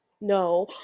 No